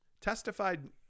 testified